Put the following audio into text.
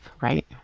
Right